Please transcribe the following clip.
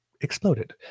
exploded